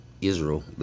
Israel